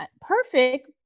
Perfect